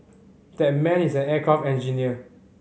that man is an aircraft engineer